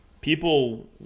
people